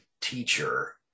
teacher